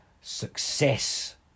success